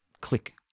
click